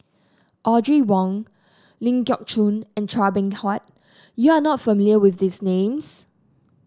Audrey Wong Ling Geok Choon and Chua Beng Huat you are not familiar with these names